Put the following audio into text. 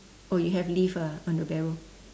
oh you have leaf ah on the barrow